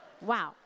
wow